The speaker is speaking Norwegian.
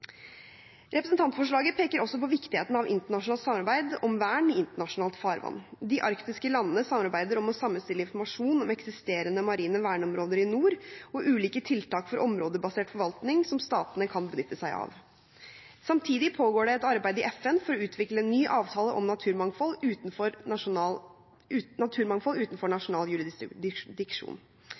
Representantforslaget peker også på viktigheten av internasjonalt samarbeid om vern i internasjonalt farvann. De arktiske landene samarbeider om å sammenstille informasjon om eksisterende marine verneområder i nord og ulike tiltak for områdebasert forvaltning som statene kan benytte seg av. Samtidig pågår det et arbeid i FN for å utvikle en ny avtale om naturmangfold utenfor nasjonal